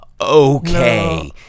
okay